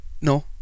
No